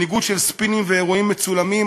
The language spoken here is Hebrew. מנהיגות של ספינים ואירועים מצולמים,